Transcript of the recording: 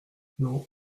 non